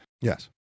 Yes